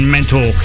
Mental